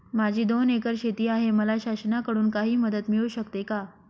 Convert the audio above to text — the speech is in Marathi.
माझी दोन एकर शेती आहे, मला शासनाकडून काही मदत मिळू शकते का?